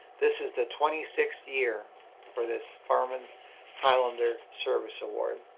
this is the twenty sixth year for this forman highlander service award.